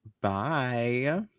Bye